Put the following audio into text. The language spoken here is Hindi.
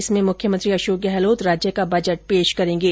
इसमें मुख्यमंत्री अशोक गहलोत राज्य का बजट पेश करेंगे